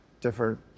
different